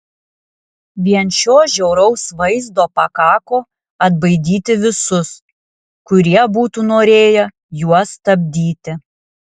vien šio žiauraus vaizdo pakako atbaidyti visus kurie būtų norėję juos stabdyti